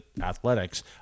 athletics